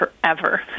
forever